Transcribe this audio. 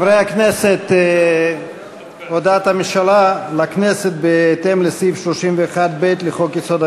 הממשלה והודעת הממשלה בהתאם לסעיף 31(ג) לחוק-יסוד: